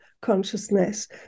consciousness